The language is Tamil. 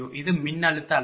இது மின்னழுத்த அளவு